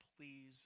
Please